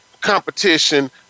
competition